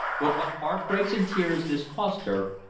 but what heart-breaks and tears this cost her,